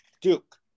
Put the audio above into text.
Duke